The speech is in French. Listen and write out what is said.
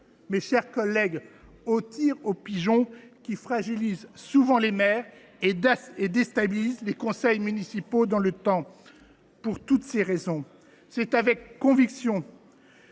fin à la pratique du « tir aux pigeons », qui fragilise souvent les maires et déstabilise les conseils municipaux dans le temps. Pour toutes ces raisons, c’est avec la conviction